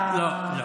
לא,